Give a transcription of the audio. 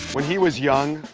when he was young,